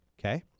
Okay